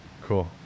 Cool